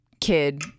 kid